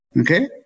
Okay